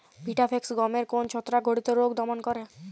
Vitavax গমের কোন ছত্রাক ঘটিত রোগ দমন করে?